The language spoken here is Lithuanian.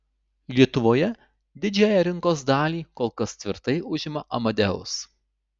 lietuvoje didžiąją rinkos dalį kol kas tvirtai užima amadeus